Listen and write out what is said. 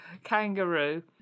Kangaroo